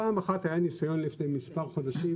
פעם אחת היה ניסיון לפני כמה חודשים